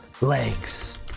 Legs